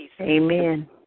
Amen